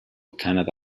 kannada